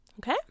okay